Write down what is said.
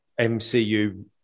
MCU